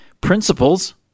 principles